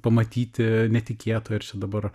pamatyti netikėto ir dabar